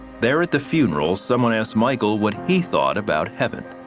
there at the funeral someone asked michael what he thought about heaven.